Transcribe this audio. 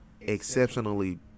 exceptionally